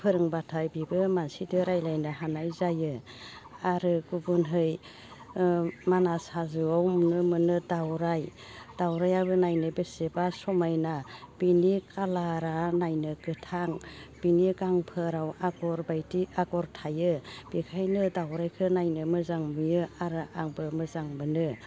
फोरोंब्लाथाय बिबो मानसिदो रायज्लायनो हानाय जायो आरो गुबुनै ओ मानास हाजोआव नुनो मोनो दाउराइ दाउराइआबो नायनो बेसेबा समायना बिनि कालारा नायनो गोथां बिनि गांफोराव आग'र बायदि आग'र थायो बेखायनो दाउराइखो नायनो मोजां नुयो आरो आंबो मोजां मोनो